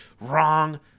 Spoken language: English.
wrong